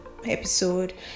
Episode